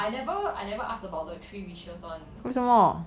I never I never ask about the three wishes [one]